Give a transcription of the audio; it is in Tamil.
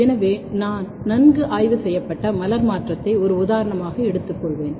எனவே நான் நன்கு ஆய்வு செய்யப்பட்ட மலர் மாற்றத்தை ஒரு உதாரணமாக எடுத்துக் கொள்வேன்